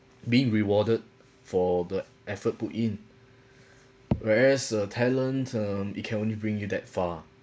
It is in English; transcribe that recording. being rewarded for the effort put in whereas a talent um it can only bring you that far